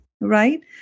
right